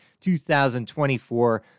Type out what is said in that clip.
2024